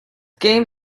game